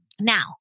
Now